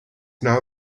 now